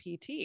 PT